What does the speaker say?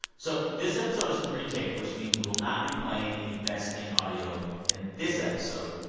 so this episode is pre-taped, which means we will not be playing any best thing audio in this episode,